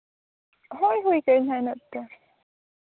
ᱦᱳᱭ ᱦᱩᱭ ᱠᱟᱜ ᱟᱹᱧ ᱦᱟᱸᱜ ᱤᱱᱟᱹᱜ ᱛᱮ